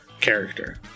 character